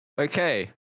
okay